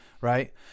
right